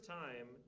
time